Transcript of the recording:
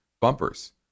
bumpers